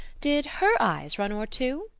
did her eyes run o'er too?